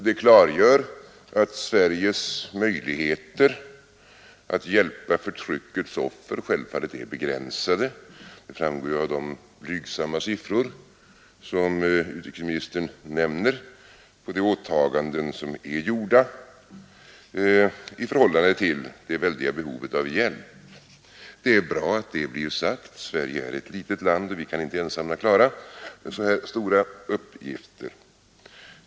Det klargör att Sveriges möjligheter att hjälpa förtryckets offer självfallet är begränsade — det framgår av de blygsamma siffror som utrikesministern nämner på de åtaganden som är gjorda i förhållande till det väldiga behovet av hjälp. Det är bra att det blir sagt. Sverige är ett litet land, och vi kan inte ensamma klara så här stora uppgifter.